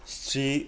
strict